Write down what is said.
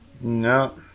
no